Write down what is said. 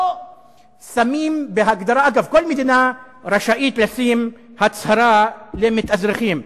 אגב, כל מדינה רשאית לשים הצהרה למתאזרחים,